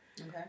Okay